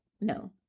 No